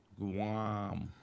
Guam